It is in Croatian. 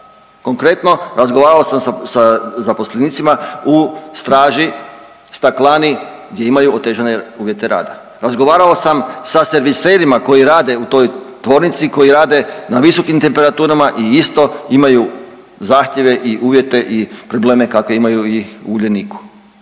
Konkretno razgovarao sam sa, sa zaposlenicima u straži, staklani gdje imaju otežane uvjete rada, razgovarao sam sa serviserima koji rade u toj tvornici, koji rade na visokim temperaturama i isto imaju zahtjeve i uvjete i probleme kakve imaju i u Uljaniku.